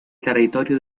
territorio